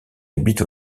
habite